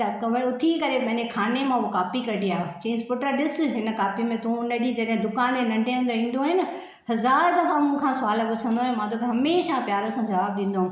त कवण उठी करे पंहिंजे खाने मां हूअ कापी कढी आयो चईंसि पुट ॾिस हिन कापीअ में तू हू ॾींहुं जॾहिं दुकान में नंढे हूंदे ईंदो हुये न हज़ार दफ़ा मूंखा सवालु पुछंदो हुएं मां तोखे हमेशह प्यार सां जवाबु ॾींदो हुयुमि